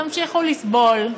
תמשיכו לסבול.